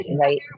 Right